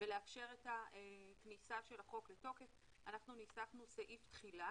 ולאפשר את הכניסה של החוק לתוקף אנחנו ניסחנו סעיף תחילה,